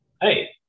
hey